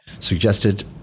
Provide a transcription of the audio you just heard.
suggested